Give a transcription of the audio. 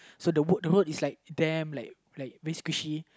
so the road is like damn like like very squishy